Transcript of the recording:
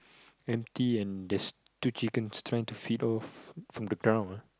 empty and there's two chickens trying to feed off from the ground ah